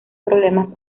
problemas